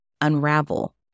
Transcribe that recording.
unravel